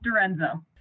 Dorenzo